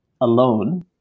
alone